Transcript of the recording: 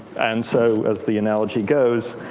and so as the analogy goes,